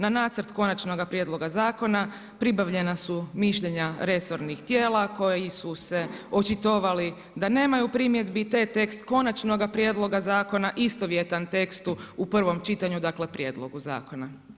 Na nacrt konačnoga prijedloga zakona pribavljena su mišljenja resornih tijela koji su se očitovali da nemaju primjedbi te je tekst konačnog prijedloga zakona istovjetan tekstu u prvom čitanju, dakle prijedlogu zakona.